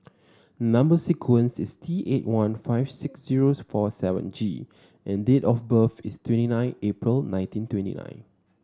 number sequence is T eight one five six zero four seven G and date of birth is twenty nine April nineteen twenty nine